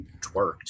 twerked